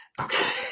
okay